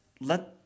let